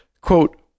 Quote